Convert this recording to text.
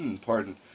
pardon